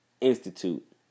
institute